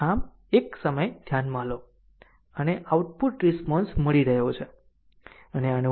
આમ એક સમય ધ્યાનમાં લો અને આઉટપુટ રીશ્પોન્સ મળી રહ્યો છે અને આને ઉમેરો